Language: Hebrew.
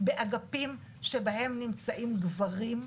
באגפים שבהם נמצאים גברים?